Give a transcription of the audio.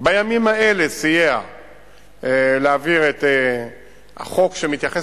בימים האלה סייע להעביר את החוק שמתייחס